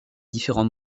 différents